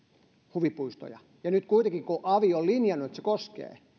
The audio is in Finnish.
huvipuistoja ja nyt kuitenkin avi on linjannut että se koskee